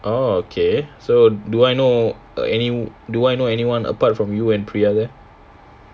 orh okay so do I know err any do I know anyone apart from you and priya there